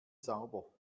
sauber